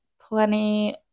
plenty